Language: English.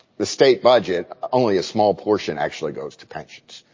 the state budget, only a small portion actually goes to pensions.